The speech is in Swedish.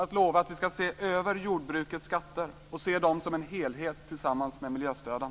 Det gäller att lova att se över jordbrukets skatter och se dem som en helhet tillsammans med miljöstöden.